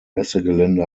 messegelände